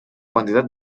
quantitat